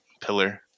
pillar